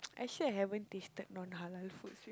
actually I haven't tasted non halal food